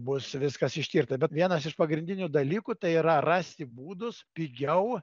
bus viskas ištirta bet vienas iš pagrindinių dalykų tai yra rasti būdus pigiau